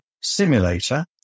simulator